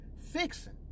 fixing